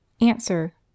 Answer